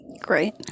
great